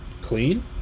clean